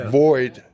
void